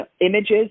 images